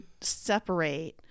separate